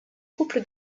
couple